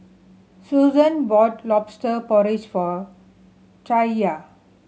Susann bought Lobster Porridge for Chaya